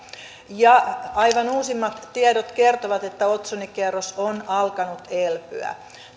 aivan uusimmat tiedot kertovat että otsonikerros on alkanut elpyä